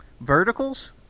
verticals